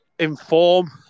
inform